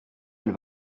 elle